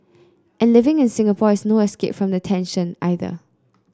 and living in Singapore is no escape from the tension either